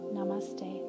Namaste